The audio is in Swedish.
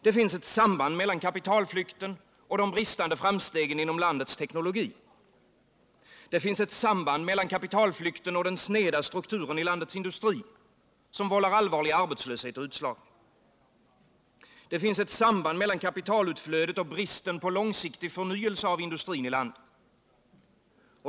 Det finns ett samband mellan kapitalflykten och de bristande framstegen inom landets, teknologi. Det finns ett samband mellan kapitalflykten och den sneda strukturen i landets industri, som vållar allvarlig arbetslöshet och utslagning. Det finns ett samband mellan kapitalutflödet och bristen på långsiktig förnyelse av industrin i landet.